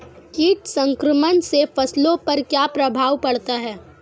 कीट संक्रमण से फसलों पर क्या प्रभाव पड़ता है?